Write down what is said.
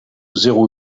zéro